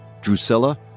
Drusilla